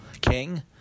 King